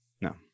no